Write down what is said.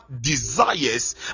desires